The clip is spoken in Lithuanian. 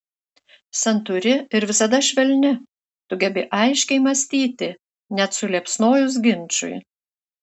santūri ir visada švelni tu gebi aiškiai mąstyti net suliepsnojus ginčui